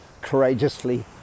courageously